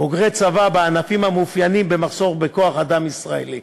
בוגרי צבא בענפים המאופיינים במחסור בכוח-אדם ישראלי,